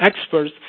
experts